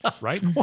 right